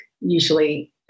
usually